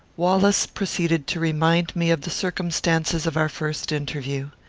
wallace proceeded to remind me of the circumstances of our first interview.